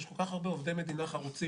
יש כל כך הרבה עובדי מדינה חרוצים,